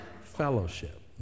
fellowship